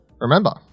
remember